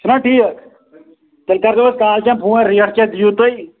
چھُ نہ ٹھیٖک تیٚلہِ کٔرۍزیو اَسہِ کالچٮ۪ن فون ریٹ کیٛاہ دِیِو تُہۍ